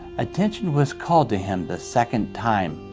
attention was called to him the second time,